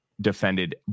defended